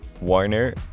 Warner